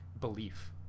belief